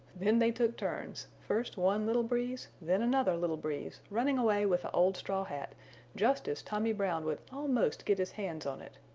then they took turns, first one little breeze, then another little breeze running away with the old straw hat just as tommy brown would almost get his hands on it.